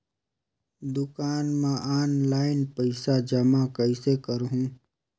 दुकान म ऑनलाइन पइसा जमा कइसे करहु?